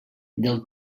del